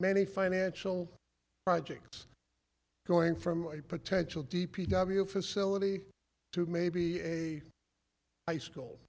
many financial projects going from a potential d p w facility to maybe a high school